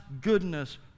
goodness